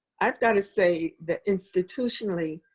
i've got to say that institutionally,